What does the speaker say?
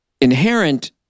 inherent